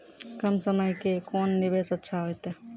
कम समय के कोंन निवेश अच्छा होइतै?